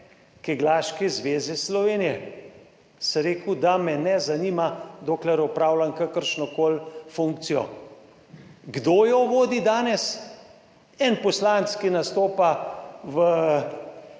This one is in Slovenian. Kegljaške zveze Slovenije, sem rekel, da me ne zanima, dokler opravljam kakršnokoli funkcijo. Kdo jo vodi danes? En poslanec, ki nastopa v